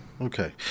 Okay